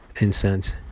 incense